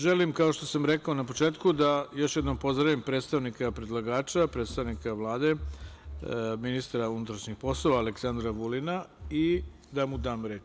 Želim, kao što sam rekao na početku, da još jednom pozdravim predstavnika predlagača, predstavnika Vlade, ministra unutrašnjih poslova Aleksandra Vulina i da mu dam reč.